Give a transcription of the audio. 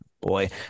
Boy